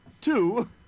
Two